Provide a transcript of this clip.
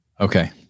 Okay